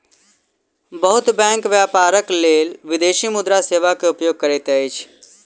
बहुत बैंक व्यापारक लेल विदेशी मुद्रा सेवा के उपयोग करैत अछि